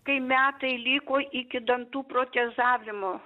kai metai liko iki dantų protezavimo